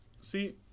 See